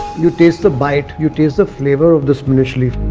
you taste the bite. you taste the flavour of the spinach leaf.